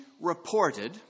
reported